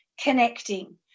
connecting